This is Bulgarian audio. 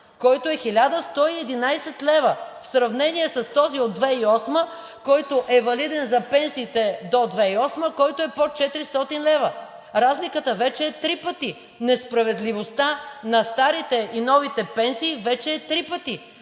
който е 1111 лв., в сравнение с този от 2008 г., който е валиден за пенсиите до 2008 г., който е под 400 лв. Разликата вече е три пъти! Несправедливостта на старите и новите пенсии вече е три пъти!